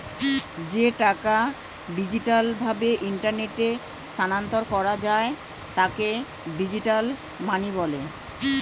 যে টাকা ডিজিটাল ভাবে ইন্টারনেটে স্থানান্তর করা যায় তাকে ডিজিটাল মানি বলে